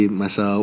masa